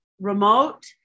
remote